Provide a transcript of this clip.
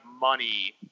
money